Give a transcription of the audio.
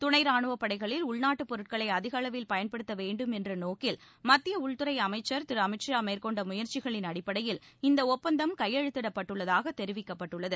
துணை ரானுவப்படைகளில் உள்நாட்டு பொருட்களை அதிக அளவில் பயன்படுத்த வேண்டும் என்ற நோக்கில் மத்திய உள்துறை அமைச்சர் திரு அமித் ஷா மேற்கொண்ட முயற்சிகளின் அடிப்படையில் இந்த ஒப்பந்தம் கையெழுத்திடப்பட்டுள்ளதாக தெரிவிக்கப்பட்டுள்ளது